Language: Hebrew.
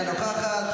אינה נוכחת,